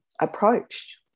approached